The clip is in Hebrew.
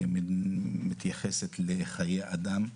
שמתייחסת לחיי אדם,